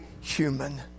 human